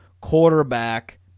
quarterback